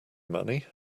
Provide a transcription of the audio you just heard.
money